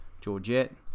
Georgette